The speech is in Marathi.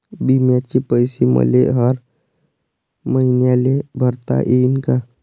बिम्याचे पैसे मले हर मईन्याले भरता येईन का?